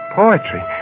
poetry